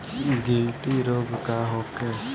गिल्टी रोग का होखे?